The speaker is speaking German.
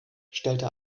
stellte